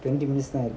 twenty minutes time